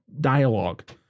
dialogue